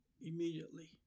immediately